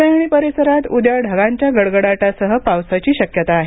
पुणे आणि परिसरात उद्या ढगांच्या गडगडाटासह पावसाची शक्यता आहे